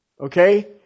Okay